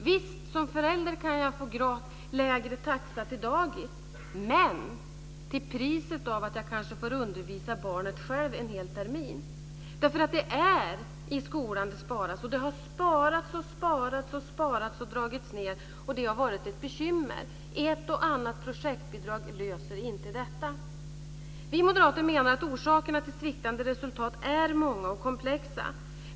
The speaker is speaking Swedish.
Visst; som förälder kan jag få lägre taxa till dagis, men till priset av att jag kanske får undervisa barnet själv en hel termin. Det är i skolan det sparas, och det har sparats och sparats och dragits ned, och det har varit ett bekymmer. Ett och annat projektbidrag löser inte detta problem. Vi moderater menar att orsakerna till sviktande resultat är många och komplexa.